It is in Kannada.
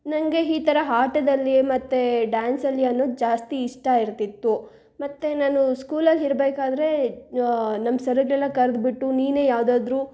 ನನಗೆ ಈ ಥರ ಆಟದಲ್ಲಿ ಮತ್ತೆ ಡ್ಯಾನ್ಸಲ್ಲಿ ಅನ್ನೋದ್ ಜಾಸ್ತಿ ಇಷ್ಟ ಇರ್ತಿತ್ತು ಮತ್ತು ನಾನು ಸ್ಕೂಲಲ್ಲಿ ಇರ್ಬೇಕಾದ್ರೇ ನಮ್ಮ ಸರ್ಗಳೆಲ್ಲ ಕರೆದ್ಬಿಟ್ಟು ನೀನೆ ಯಾವುದಾದ್ರೂ